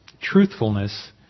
truthfulness